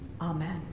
Amen